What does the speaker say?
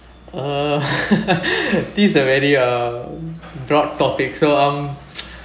uh these are very uh broad topic so um